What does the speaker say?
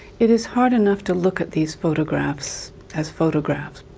it is hard enough to look at these photographs as photographs.